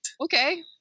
Okay